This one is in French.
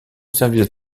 service